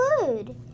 food